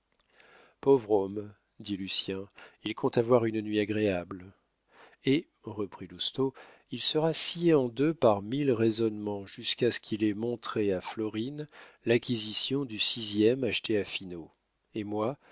pauvre homme dit lucien il compte avoir une nuit agréable et reprit lousteau il sera scié en deux par mille raisonnements jusqu'à ce qu'il ait montré à florine l'acquisition du sixième acheté à finot et moi